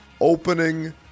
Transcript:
opening